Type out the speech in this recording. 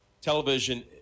television